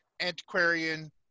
antiquarian